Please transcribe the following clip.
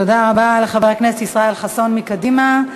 תודה רבה לחבר הכנסת ישראל חסון מקדימה.